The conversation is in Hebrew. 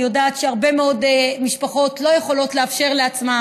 אני יודעת שהרבה מאוד משפחות לא יכולות לאפשר לעצמן